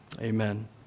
amen